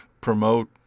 promote